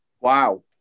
wow